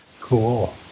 cool